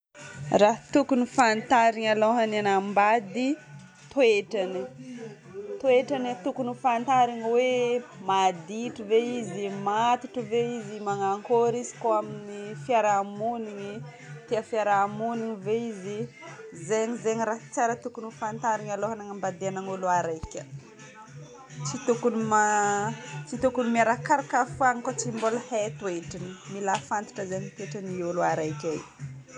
Raha tokony hofantarigna alohan'ny hanambady: toetrany. Toetrany tokony hofantarigny hoe maditry ve izy? Matotra ve izy? Manakory izy koa amin'ny fiarahamonigny? Tia fiarahamonigny ve izy? Zegny zegny raha tsara tokony hofantarigny alohan'ny hanambadiagna ny olo araika. Tsy tokony ma- tsy tokony miarakaraka fany izy ko tsy mbola hay toetrany. Mila fantatra zegny toetran'ny olo araika io.